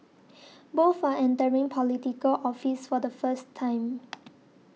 both are entering Political Office for the first time